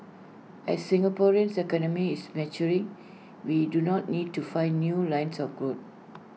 as Singaporeans economy is maturing we do not need to find new lines of growth